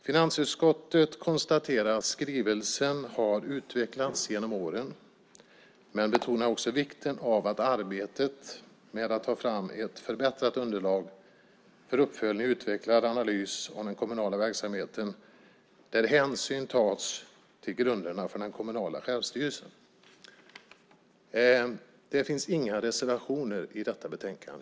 Finansutskottet konstaterar att skrivelsen har utvecklats genom åren men betonar också vikten av att arbetet med att ta fram ett förbättrat underlag för uppföljning och utvecklad analys av den kommunala verksamheten, där hänsyn tas till grunderna för den kommunala självstyrelsen. Det finns inga reservationer i detta betänkande.